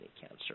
cancer